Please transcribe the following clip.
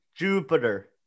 jupiter